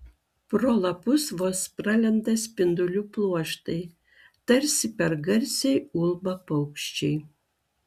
pro lapus vos pralenda spindulių pluoštai tarsi per garsiai ulba paukščiai